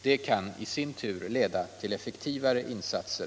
Det kan i sin tur leda till effektivare insatser